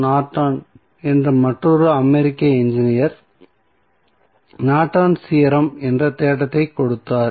Norton என்ற மற்றொரு அமெரிக்க engineer Norton's theorem Nortons Theorem என்ற தேற்றத்தைக் கொடுத்தார்